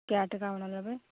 कय टका वाला लेबै